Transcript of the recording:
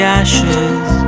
ashes